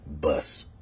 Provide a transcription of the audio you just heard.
bus